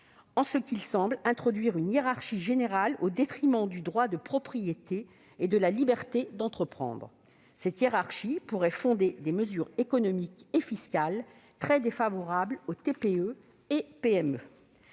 en ce qu'il semble introduire une hiérarchie générale au détriment du droit de propriété et de la liberté d'entreprendre. Cette hiérarchie pourrait fonder des mesures économiques et fiscales très défavorables aux TPE et PME.